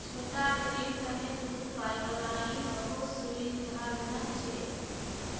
छोटा डेरीर तने दूध पाइपलाइन बहुत सुविधाजनक छ